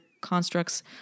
constructs